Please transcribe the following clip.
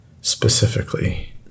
specifically